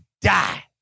die